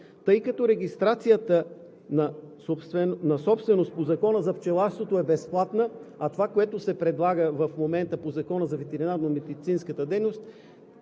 Тъй като регистрацията на собственост по Закона за пчеларството е безплатна, а по това, което се предлага в момента по Закона за ветеринарно-медицинската дейност,